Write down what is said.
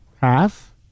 Half